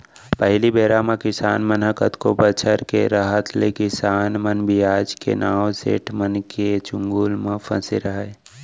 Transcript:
पहिली बेरा म किसान मन ह कतको बछर के रहत ले किसान मन बियाज के नांव ले सेठ मन के चंगुल म फँसे रहयँ